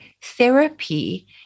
therapy